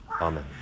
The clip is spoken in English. Amen